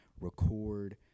record